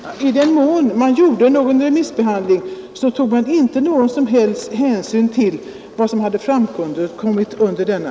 Fru talman! I den mån man gjorde remissbehandling, tog man inte någon hänsyn till vad som hade framkommit under denna.